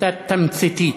הייתה תמציתית.